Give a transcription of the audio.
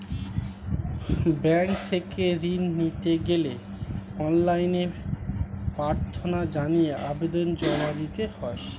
bank থেকে ঋণ নিতে গেলে অনলাইনে প্রার্থনা জানিয়ে আবেদন জমা দিতে হয়